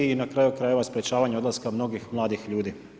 I na kraju krajeva sprječavanja odlaska mnogih mladih ljudi.